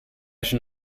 schon